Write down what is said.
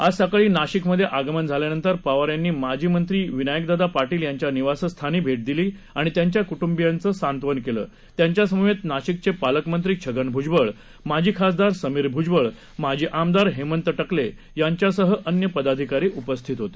आज सकाळी नाशिकमध्ये आगमन झाल्यानंतर पवार यांनी माजी मंत्री विनायकदादा पाटील यांच्या निवासस्थानी भेट दिली आणि त्यांच्या कुटुंबियांचे सांत्वन केले त्यांच्यासमवेत नाशिकचे पालकमंत्री छगन भुजबळ माजी खासदार समीर भुजबळ माजी आमदार हेमंत टकले यांच्यासह अन्य पदाधिकारी उपस्थित होते